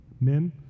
Men